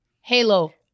halo